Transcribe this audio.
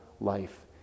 life